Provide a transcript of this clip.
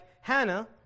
Hannah